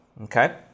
okay